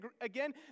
again